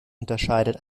unterscheidet